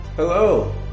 Hello